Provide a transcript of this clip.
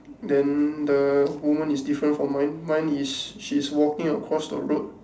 then the woman is different from mine mine is she's walking across the road